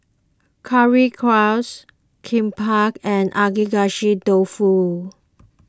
Currywurst Kimbap and Agedashi Dofu